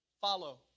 follow